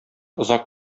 озак